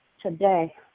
today